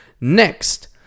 Next